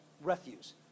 refuse